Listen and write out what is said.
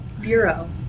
Bureau